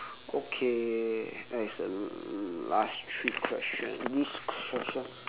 okay that is the last three question this question